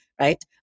right